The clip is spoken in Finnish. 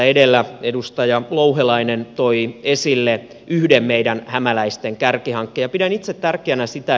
edellä edustaja louhelainen toi esille yhden meidän hämäläisten kärkihankkeista